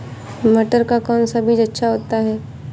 मटर का कौन सा बीज अच्छा होता हैं?